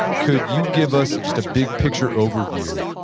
could you give us just a big picture overview,